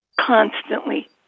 constantly